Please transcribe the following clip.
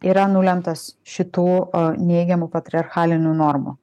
yra nulemtas šitų a neigiamų patriarchalinių normų